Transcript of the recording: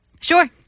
Sure